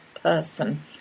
person